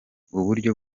uburyo